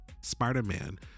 Spider-Man